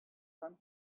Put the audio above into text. from